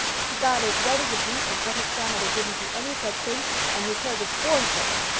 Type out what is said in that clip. he got as red as a beet and said his grandmother didn't do any such thing and his hair was born curly.